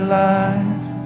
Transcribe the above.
life